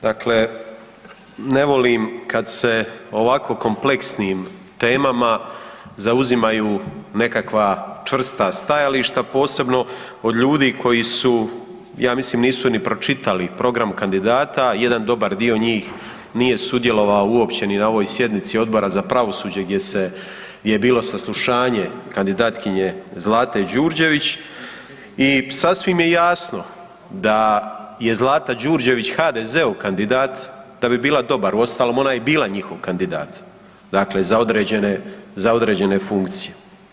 Dakle, ne volim kad se o ovako kompleksnim temama zauzimaju nekakva čvrsta stajališta, posebno od ljudi koji su, ja mislim nisu ni pročitali program kandidata, jedan dobar dio njih nije sudjelovao uopće ni na ovoj sjednici Odbora za pravosuđa gdje je bilo saslušanje kandidatkinje Zlate Đurđević i sasvim je jasno da je Zlata Đurđević HDZ-ov kandidat da bi bila dobar, uostalom ona je i bila njihov kandidat, dakle za određene, za određene funkcije.